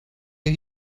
you